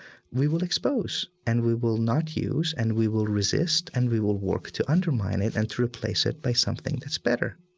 we will expose and we will not use and we will resist. and we will work to undermine it and to replace it by something that's better.